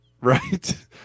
Right